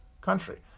country